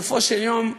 בסופו של יום,